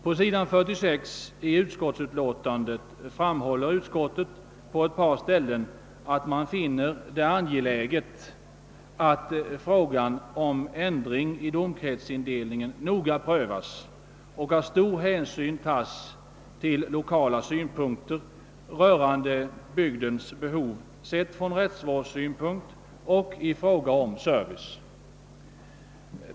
| På s. 46 i utskottets utlåtande framhåller utskottet på ett par ställen att man finner det angeläget att frågan om ändring i domkretsindelningen noga prövas och att stor hänsyn tages till 1okala synpunkter rörande bygdens behov sedda från rättsvårdssynpunkter och när det gäller service.